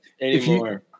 anymore